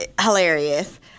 hilarious